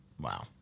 Wow